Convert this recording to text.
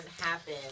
happen